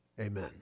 Amen